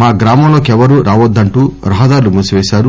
మా గ్రామంలోకెవ్వరూ రావద్దంటూ రహదారులు మూసివేశారు